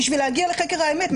כדי להגיע לחקר האמת,